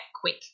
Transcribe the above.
quick